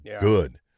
good